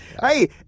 Hey